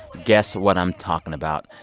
guess what i'm talking about.